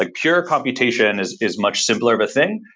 like pure computation is is much simpler of a thing.